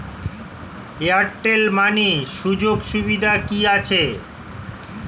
Airtel money সুযোগ সুবিধা কি আছে?